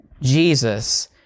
Jesus